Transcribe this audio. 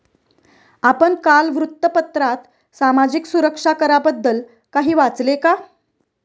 आपण काल वृत्तपत्रात सामाजिक सुरक्षा कराबद्दल काही वाचले का?